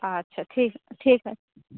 আচ্ছা ঠিক ঠিক আছে